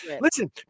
Listen